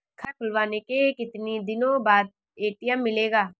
खाता खुलवाने के कितनी दिनो बाद ए.टी.एम मिलेगा?